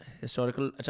historical